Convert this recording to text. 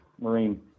Marine